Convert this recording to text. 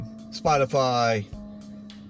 Spotify